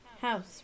house